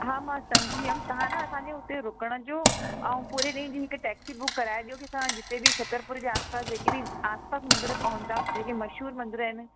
हा मां सम्झी वियमि तव्हां न असांखे हुते रुकण जो अऊं पूरे ॾींहं जी हिकु टैक्सी बुक कराइजो की असां जिथे बि छतरपुर जे आसि पासि जेकी बि आसि पासि मंदिर पवनि था जेके मशहूरु मंदर आहिनि